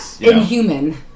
inhuman